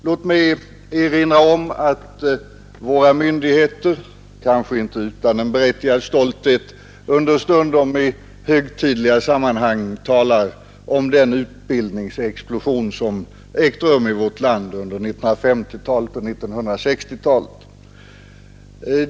Låt mig erinra om att våra myndigheter, kanske inte utan en berättigad stolthet, understundom i högtidliga sammanhang talar om den utbildningsexplosion som ägt rum i vårt land under 1950-talet och 1960-talet.